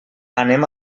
anem